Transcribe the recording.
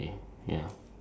ya then on